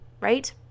right